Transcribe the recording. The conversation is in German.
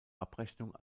abrechnung